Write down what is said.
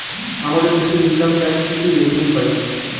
আমাদের দেশে income tax থেকে রেভিনিউ পাই